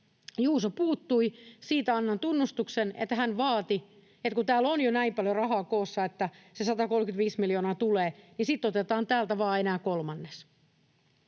Juuso puuttui. Siitä annan tunnustuksen, että hän vaati, että kun täällä on jo näin paljon rahaa koossa, että se 135 miljoonaa tulee, ja sitten otetaan täältä vain enää kolmannes.